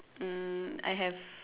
um I have